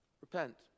Repent